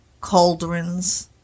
cauldrons